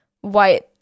white